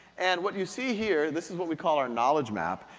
and what you see here, this is what we call our knowledge map.